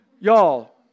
Y'all